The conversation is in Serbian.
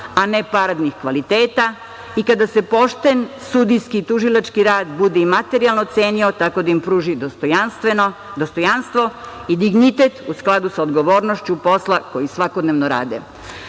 a ne paradnih kvaliteta i kada se pošten sudijski i tužilački rad bude i materijalno cenio tako da im pruži dostojanstveno dostojanstvo i dignitet u skladu sa odgovornošću posla koji svakodnevno rade. Drage